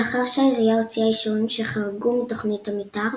לאחר שהעירייה הוציאה אישורים שחרגו מתוכנית המתאר,